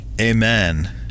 amen